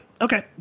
okay